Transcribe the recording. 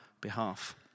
behalf